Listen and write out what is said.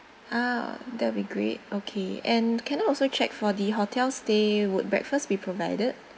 ah oh that will be great okay and can I also check for the hotel stay would breakfast be provided